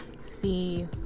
see